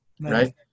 right